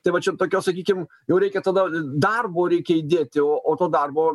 tai va čia tokio sakykim jau reikia tada darbo reikia įdėti o to darbo